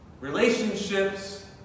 Relationships